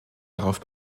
darauf